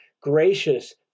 gracious